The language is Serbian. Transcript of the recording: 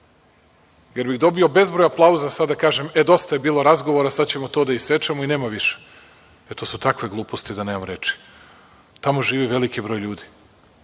Dobio bih bezbroj aplauza da sada kažem dosta je bilo razgovora, sada ćemo to da isečemo i nema više. To su takve gluposti da nemam reči. Tamo živi veliki broj ljudi,